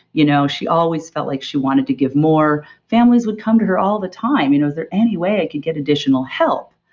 you know she always felt like she wanted to give more. families would come to her all the time, is you know there any way i could get additional help?